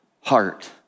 heart